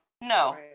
No